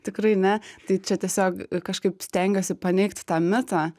tikrai ne tai čia tiesiog kažkaip stengiuosi paneigti tą mitą